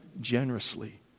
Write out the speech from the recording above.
generously